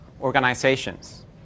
organizations